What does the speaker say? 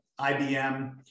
IBM